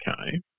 okay